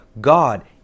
God